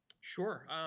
Sure